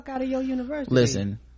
listen